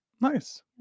Nice